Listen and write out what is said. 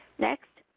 next.